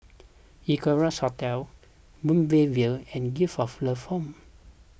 Equarius Hotel Moonbeam View and Gift of Love Home